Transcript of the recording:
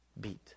beat